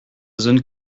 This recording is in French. zone